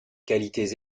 qualités